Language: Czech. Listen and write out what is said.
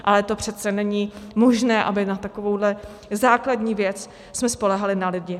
Ale to přece není možné, abychom na takovouhle základní věc spoléhali na lidi.